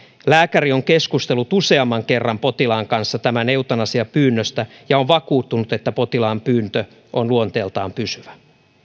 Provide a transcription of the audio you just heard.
lääkäri on keskustellut useamman kerran potilaan kanssa tämän eutanasiapyynnöstä ja on vakuuttunut että potilaan pyyntö on luonteeltaan pysyvä